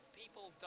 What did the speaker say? people